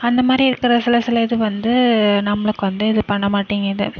அந்த மாதிரி இருக்கிற சில சில இது வந்து நம்மளுக்கு வந்து இது பண்ண மாட்டேங்குது